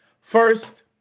First